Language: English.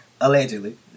allegedly